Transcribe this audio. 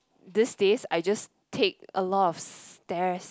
these days I just take a lot of stairs